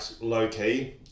low-key